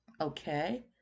okay